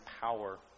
power